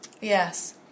Yes